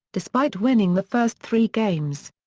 despite winning the first three games.